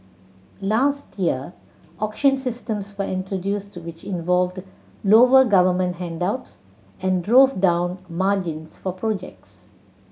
last year auction systems were introduced which involved lower government handouts and drove down margins for projects